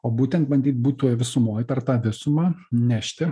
o būtent bandyt būt tuoj visumoj per tą visumą nešti